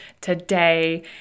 today